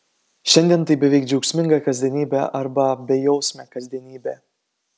šiandien tai beveik džiaugsminga kasdienybė arba bejausmė kasdienybė